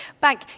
bank